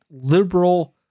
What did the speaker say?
liberal